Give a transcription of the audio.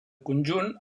conjunt